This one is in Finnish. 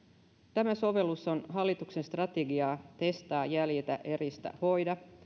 tämä sovellus on osa hallituksen strategiaa testaa jäljitä eristä ja hoida